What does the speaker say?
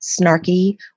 snarky